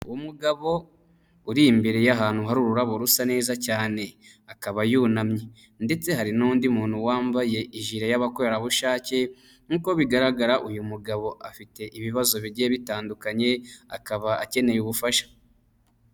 Umugabo uri imbere y'ahantu hari ururabo rusa neza cyane, akaba yunamye ndetse hari n'undi muntu wambaye ijire y'abakorerabushake, nkuko bigaragara uyu mugabo afite ibibazo bigiye bitandukanye, akaba akeneye ubufasha.